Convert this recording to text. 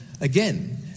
again